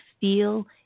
feel